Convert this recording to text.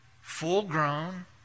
full-grown